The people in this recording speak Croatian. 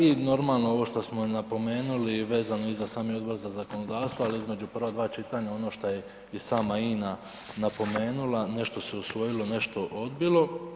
I normalno ovo što smo napomenuli vezano i za sami Odbor za zakonodavstvo, ali između prva dva čitanja ono što je i sama INA napomenula nešto se usvojili, nešto odbilo.